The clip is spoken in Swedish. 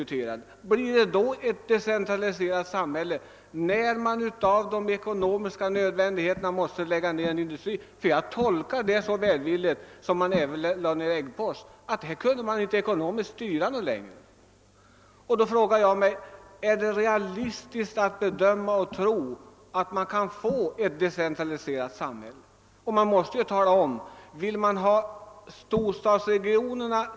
Men blir det ett decentraliserat samhälle när man av ekonomiska . orsaker måste lägga ned en industri? Jag tolkade nämligen saken så välvilligt att industrin i Äggfors ledes ned därför att man. inte längre kunde klara företaget ekonomiskt. Jag undrar då om det verkligen är realistiskt att tro att vi kan få ett decentraliserat samhälle. Man vill dämpa utvecklingen i storstadsregionerna.